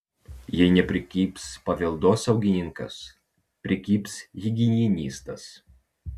jei neprikibs paveldosaugininkas prikibs higienistas